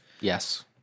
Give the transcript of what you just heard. yes